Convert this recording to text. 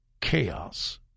chaos